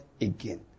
again